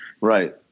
right